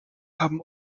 haben